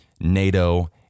NATO